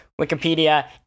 Wikipedia